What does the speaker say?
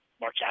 Mark